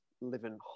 living